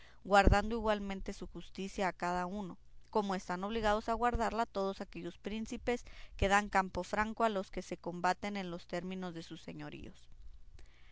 guardando igualmente su justicia a cada uno como están obligados a guardarla todos aquellos príncipes que dan campo franco a los que se combaten en los términos de sus señoríos